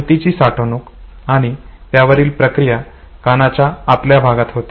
माहितीची साठवणूक आणि त्यावरील प्रक्रिया कानाच्या आतल्या भागात होते